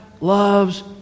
loves